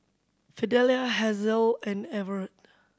Fidelia Hazel and Everet